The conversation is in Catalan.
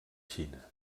xina